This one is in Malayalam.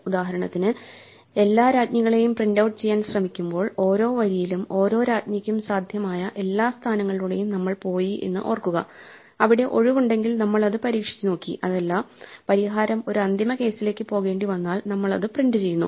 ഉദാഹരണത്തിന് എല്ലാ രാജ്ഞികളെയും പ്രിന്റഔട്ട് ചെയ്യാൻ ശ്രമിക്കുമ്പോൾ ഓരോ വരിയിലും ഓരോ രാജ്ഞിക്കും സാധ്യമായ എല്ലാ സ്ഥാനങ്ങളിലൂടെയും നമ്മൾ പോയി എന്ന് ഓർക്കുക അവിടെ ഒഴിവുണ്ടെങ്കിൽ നമ്മൾ അത് പരീക്ഷിച്ചുനോക്കി അതല്ല പരിഹാരം ഒരു അന്തിമ കേസിലേക്ക് പോകേണ്ടി വന്നാൽ നമ്മൾ അത് പ്രിന്റുചെയ്യുന്നു